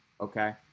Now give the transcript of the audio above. Okay